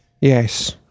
Yes